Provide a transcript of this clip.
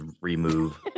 remove